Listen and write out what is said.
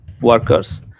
workers